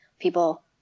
people